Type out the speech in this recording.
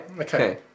Okay